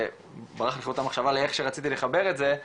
ברח לי חוט המחשבה לאיך שרציתי לחבר את זה,